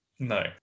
No